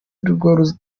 arirwo